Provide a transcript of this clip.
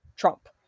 Trump